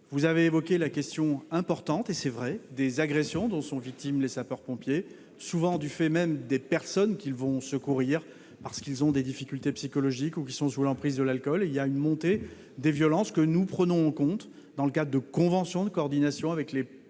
Vous avez évoqué la question importante des agressions dont sont victimes les sapeurs-pompiers, souvent du fait même des personnes qu'ils vont secourir, parce qu'elles ont des difficultés psychologiques ou sont sous l'emprise de l'alcool. Il existe bien une montée des violences ; nous la prenons en compte, dans le cadre de conventions de coordination passées avec les policiers